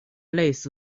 类似